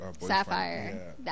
Sapphire